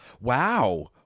Wow